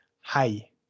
Hi